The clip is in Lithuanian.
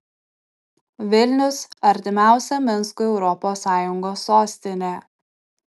vilnius artimiausia minskui europos sąjungos sostinė